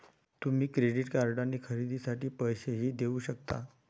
तुम्ही क्रेडिट कार्डने खरेदीसाठी पैसेही देऊ शकता